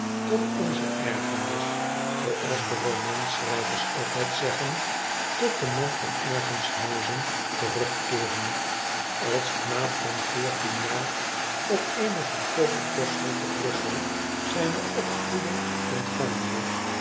tot onze ergernis zooals de romanschrijvers altijd zeggen tot den man van ergenshuizen terugkeeren als knaap van eertien jaar op eene goedkoope kostschool te brussel zijne opvoeding ontvangende